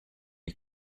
you